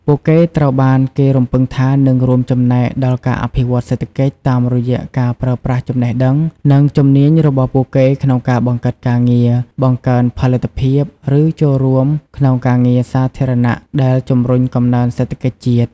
ពួកគេត្រូវបានគេរំពឹងថានឹងរួមចំណែកដល់ការអភិវឌ្ឍសេដ្ឋកិច្ច តាមរយៈការប្រើប្រាស់ចំណេះដឹង និងជំនាញរបស់ពួកគេក្នុងការបង្កើតការងារ បង្កើនផលិតភាព ឬចូលរួមក្នុងការងារសាធារណៈដែលជំរុញកំណើនសេដ្ឋកិច្ចជាតិ។